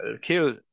kill